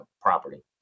property